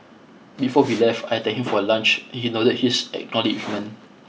before we left I thanked him for lunch he nodded his acknowledgement